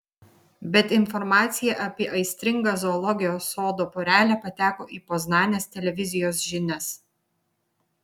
bet informacija apie aistringą zoologijos sodo porelę pateko į poznanės televizijos žinias